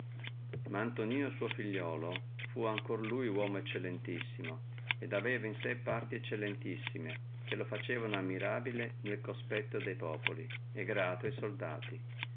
ma antonino suo figliuolo fu ancora lui uomo che aveva parte eccellentissime e che lo facevano maraviglioso nel conspetto de populi e grato a soldati